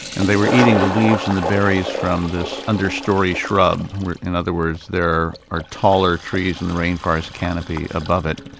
and they were eating the leave and the berries from this understory shrub, in other words there are taller trees in the rainforest canopy above it,